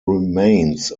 remains